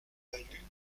value